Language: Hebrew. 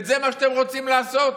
זה מה שאתם רוצים לעשות?